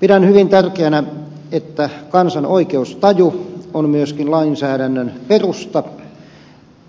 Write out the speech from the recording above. pidän hyvin tärkeänä että kansan oikeustaju on myöskin lainsäädännön perusta